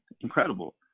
Incredible